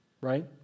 right